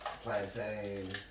Plantains